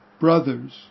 brothers